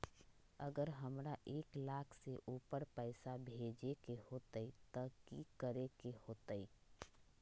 अगर हमरा एक लाख से ऊपर पैसा भेजे के होतई त की करेके होतय?